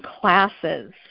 classes